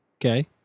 Okay